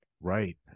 Right